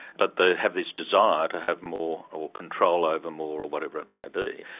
but they have this desire to have more, or control over more, or whatever it may be.